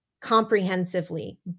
comprehensively